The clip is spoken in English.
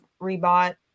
rebought